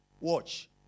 Watch